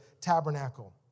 tabernacle